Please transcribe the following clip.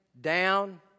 down